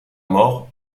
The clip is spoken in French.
mort